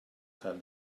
cael